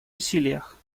усилиях